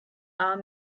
are